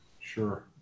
sure